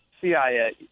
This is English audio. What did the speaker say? CIA